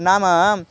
नाम